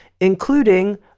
including